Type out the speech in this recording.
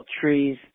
Trees